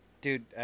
Dude